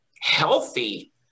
healthy